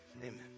amen